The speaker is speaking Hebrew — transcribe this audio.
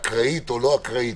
אקראית או לא אקראית,